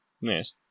Yes